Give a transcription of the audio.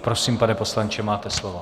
Prosím, pane poslanče, máte slovo.